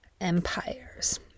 empires